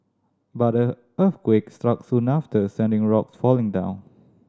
but the earthquake struck soon after sending rocks falling down